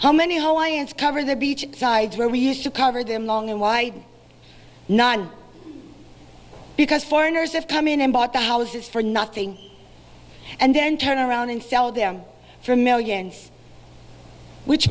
how many ho ions cover their beach sides where we used to cover them long and why not because foreigners have come in and bought the houses for nothing and then turn around and sell them for millions which